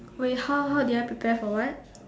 wait how how did I prepare for what